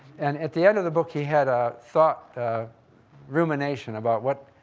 and, at the end of the book, he had a thought, a rumination about what,